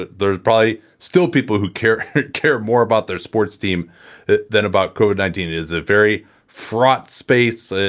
ah there's probably still people who care care more about their sports team than about code nineteen is a very fraught space.